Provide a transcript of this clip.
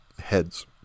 heads